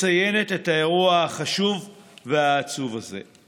מציינת את האירוע החשוב והעצוב הזה.